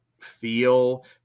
feel